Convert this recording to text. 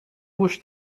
گوش